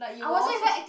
I wasn't even active~